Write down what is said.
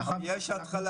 מאחר ו --- יש ב,